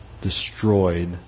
Destroyed